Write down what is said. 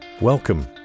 welcome